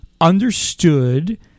understood